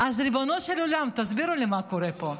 אז ריבונו של עולם, תסבירו לי מה קורה פה.